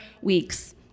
weeks